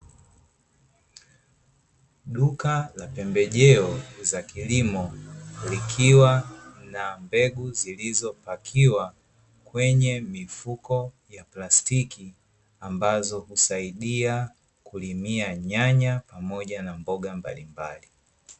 Duka la pembejeo za kilimo, zikiwa na mbegu zilizopakiwa kwenye mifuko ya plastiki, ambazo husaidia kulimia nyanya pamoja na mboga mbalimbali.